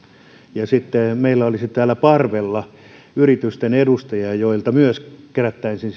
ja meillä olisi täällä parvella yritysten edustajia joilta myös kerättäisiin